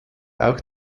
auch